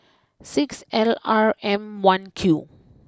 six L R M one Q